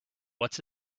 what’s